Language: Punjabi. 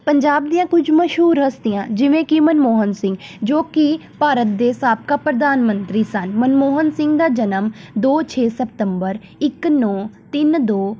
ਪੰਜਾਬ ਦੀਆਂ ਕੁਝ ਮਸ਼ਹੂਰ ਹਸਤੀਆਂ ਜਿਵੇਂ ਕਿ ਮਨਮੋਹਨ ਸਿੰਘ ਜੋ ਕਿ ਭਾਰਤ ਦੇ ਸਾਬਕਾ ਪ੍ਰਧਾਨ ਮੰਤਰੀ ਸਨ ਮਨਮੋਹਨ ਸਿੰਘ ਦਾ ਜਨਮ ਦੋ ਛੇ ਸਤੰਬਰ ਇੱਕ ਨੌਂ ਤਿੰਨ ਦੋ